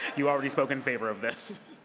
you already spoke in favor of this.